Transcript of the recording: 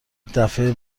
دفعه